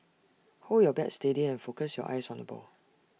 hold your bat steady and focus your eyes on the ball